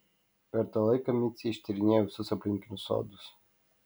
per tą laiką micė ištyrinėjo visus aplinkinius sodus